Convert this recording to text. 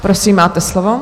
Prosím, máte slovo.